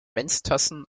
menstassen